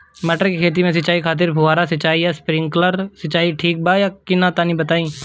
मटर के खेती के सिचाई खातिर फुहारा सिंचाई या स्प्रिंकलर सिंचाई ठीक बा या ना तनि बताई?